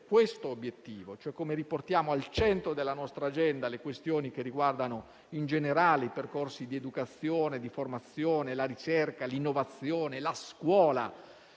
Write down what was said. questo obiettivo, cioè come riportiamo al centro della nostra agenda le questioni che riguardano in generale i percorsi di educazione e di formazione, la ricerca, l'innovazione, la scuola